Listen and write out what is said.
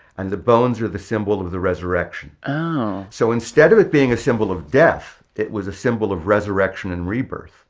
and the bones were the symbol of the resurrection oh so instead of it being a symbol of death, it was a symbol of resurrection and rebirth.